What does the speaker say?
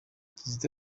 kizito